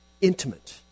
intimate